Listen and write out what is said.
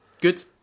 Good